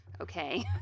okay